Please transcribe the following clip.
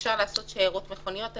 ואפשר לעשות שיירות של מכוניות.